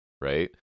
right